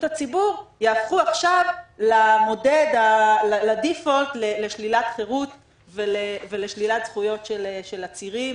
הציבור יהפכו עכשיו לדיפולט לשלילת חירות ולשלילת זכויות של עצירים.